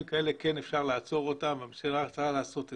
כאלה כן אפשר לעצור אותם והמשטרה יכולה לעשות זאת.